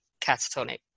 catatonic